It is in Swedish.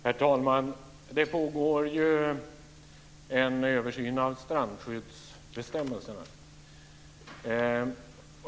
Herr talman! Det pågår en översyn av strandskyddsbestämmelserna.